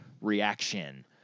Reaction